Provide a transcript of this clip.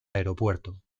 aeropuerto